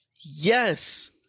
Yes